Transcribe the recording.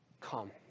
come